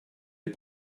les